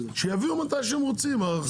שיביאו מתי שהם רוצים.